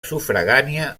sufragània